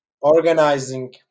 organizing